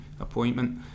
appointment